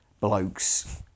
blokes